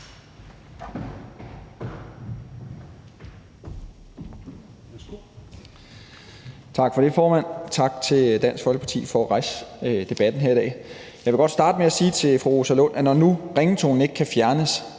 Tak for det, formand. Tak til Dansk Folkeparti for at rejse debatten her i dag. Jeg vil godt starte med at sige til fru Rosa Lund, at når nu ringetonen ikke kan fjernes,